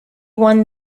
won